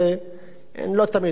הם לא תמיד עושים את זה.